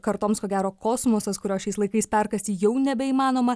kartoms ko gero kosmosas kurio šiais laikais perkasti jau nebeįmanoma